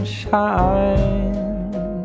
shine